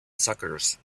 suckers